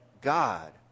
God